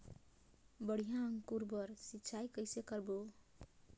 बढ़िया अंकुरण बर सिंचाई कइसे करबो?